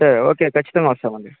సరే ఓకే ఖచ్చితంగా వస్తామండి